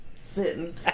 Sitting